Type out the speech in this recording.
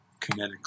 kinetically